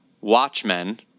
Watchmen